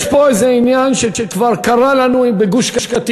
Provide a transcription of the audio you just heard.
יש פה איזה עניין שכבר קרה לנו בגוש-קטיף,